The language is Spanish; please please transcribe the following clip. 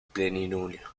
plenilunio